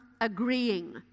agreeing